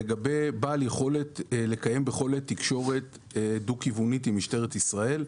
לגבי בעל יכולת לקיים בכל עת תקשורת דו כיוונית עם משטרת ישראל,